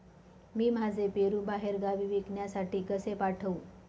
मी माझे पेरू बाहेरगावी विकण्यासाठी कसे पाठवू?